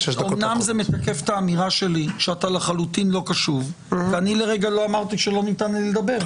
היום זהו יום זיכרון לחללי צה"ל שלא מצאו את מקום קבורתם,